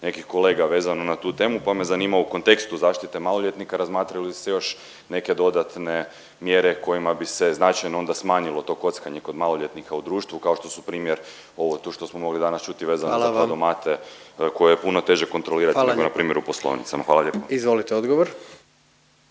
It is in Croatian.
nekih kolega vezano na tu temu, pa me zanima u kontekstu zaštite maloljetnika, razmatraju li se još neke dodatne mjere kojima bi se značajno onda smanjilo to kockanje kod maloljetnika u društvu, kao što su primjer ovo tu što smo mogli danas čuti vezano za…/Upadica predsjednik: Hvala vam./…kladomate koje je puno teže kontrolirati…/Upadica predsjednik: Hvala lijepa./… npr.